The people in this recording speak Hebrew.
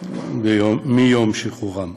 מיום שחרורם.